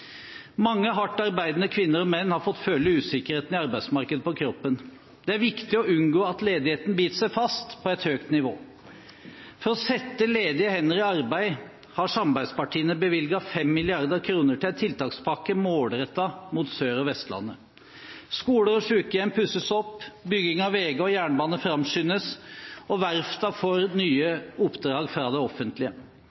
Mange hardt arbeidende kvinner og menn har fått føle usikkerheten i arbeidsmarkedet på kroppen. Det er viktig å unngå at ledigheten biter seg fast på et høyt nivå. For å sette ledige hender i arbeid har samarbeidspartiene bevilget 5 mrd. kr til en tiltakspakke målrettet mot Sør- og Vestlandet. Skoler og sykehjem pusses opp, bygging av veier og jernbane framskyndes, og verftene får nye